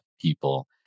people